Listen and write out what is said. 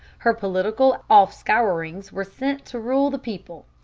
her political offscourings were sent to rule the people.